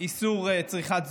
איסור צריכת זנות,